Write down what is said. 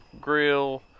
grill